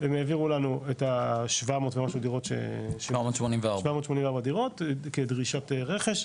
הם העבירו לנו את ה-700 ומשהו דירות ש- 784. 784 דירות כדרישת רכש,